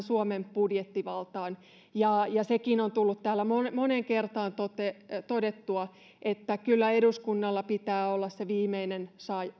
suomen budjettivaltaan ja sekin on tullut täällä moneen kertaan todettua että kyllä eduskunnalla pitää olla se viimeinen